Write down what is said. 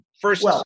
first